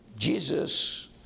Jesus